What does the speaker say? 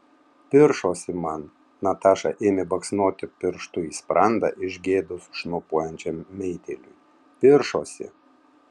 piršosi man nataša ėmė baksnoti pirštu į sprandą iš gėdos šnopuojančiam meitėliui piršosi